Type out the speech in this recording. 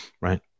Right